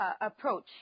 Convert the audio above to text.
approach